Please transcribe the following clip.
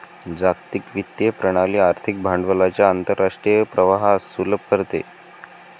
जागतिक वित्तीय प्रणाली आर्थिक भांडवलाच्या आंतरराष्ट्रीय प्रवाहास सुलभ करते